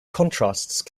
contrast